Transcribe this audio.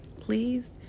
please